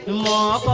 la